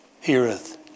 heareth